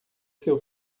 seu